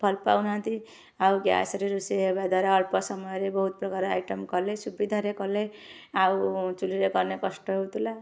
ଭଲ ପାଉନାହାଁନ୍ତି ଆଉ ଗ୍ୟାସରେ ରୋଷେଇ ହେବା ଦ୍ଵାରା ଅଳ୍ପ ସମୟରେ ବହୁତ ପ୍ରକାର ଆଇଟମ କଲେ ସୁବିଧାରେ କଲେ ଆଉ ଚୁଲିରେ କନେ କଷ୍ଟ ହଉଥିଲା